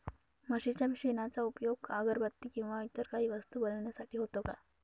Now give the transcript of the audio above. म्हशीच्या शेणाचा उपयोग अगरबत्ती किंवा इतर काही वस्तू बनविण्यासाठी होतो का?